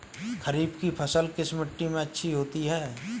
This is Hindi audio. खरीफ की फसल किस मिट्टी में अच्छी होती है?